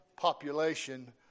population